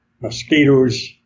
mosquitoes